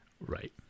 Right